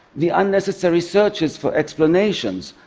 the unnecessary searches for explanations,